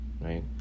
right